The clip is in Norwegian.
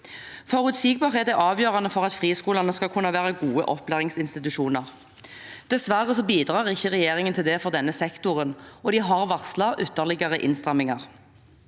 Forutsigbarhet er avgjørende for at friskolene skal kunne være gode opplæringsinstitusjoner. Dessverre bidrar ikke regjeringen til det for denne sektoren, og de har varslet ytterligere innstramminger.